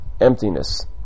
emptiness